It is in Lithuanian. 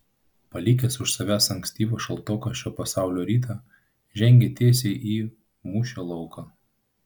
palikęs už savęs ankstyvą šaltoką šio pasaulio rytą žengė tiesiai į mūšio lauką